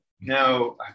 now